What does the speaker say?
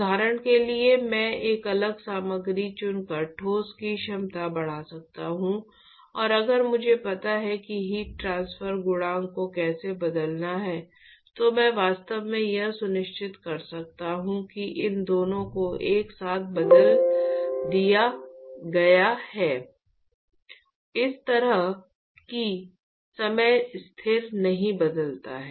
उदाहरण के लिए मैं एक अलग सामग्री चुनकर ठोस की क्षमता बढ़ा सकता हूं और अगर मुझे पता है कि हीट ट्रांसफर गुणांक को कैसे बदलना है तो मैं वास्तव में यह सुनिश्चित कर सकता हूं कि इन दोनों को एक साथ बदल दिया गया है इस तरह कि समय स्थिर नहीं बदलता है